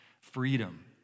freedom